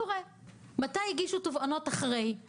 מתי הגישו תובענות אחרי יותר משנה.